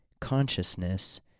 consciousness